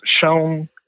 shown